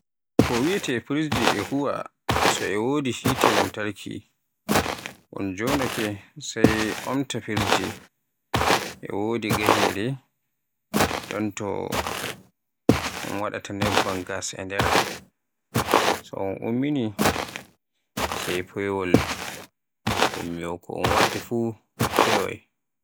Ko wiyeete Firji e huwa so e wodi hite lamtarki. Un joonaake sai un omti Firji, e wodi gahere ɗon to un watata nebban gas e nder. So un ummini sai fewol. Ko un wata fuf feway.